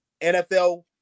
NFL